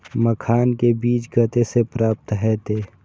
मखान के बीज कते से प्राप्त हैते?